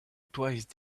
twice